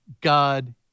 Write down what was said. God